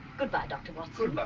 goodbye, doctor watson.